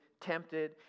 tempted